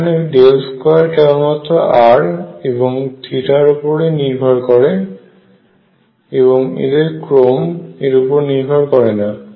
এখানে 2 কেবলমাত্র r এবং θ উপর ই নির্ভর করে এবং এদের ক্রম এর উপর নির্ভর করে না